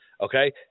Okay